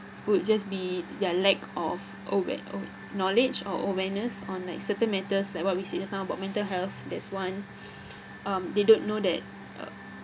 would just be they are lack of aware~ knowledge or awareness on like certain matters like what we said just now about mental health that's one um they don't know that